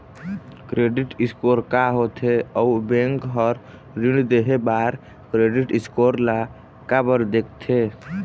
Credit score का होथे अउ बैंक हर ऋण देहे बार क्रेडिट स्कोर ला काबर देखते?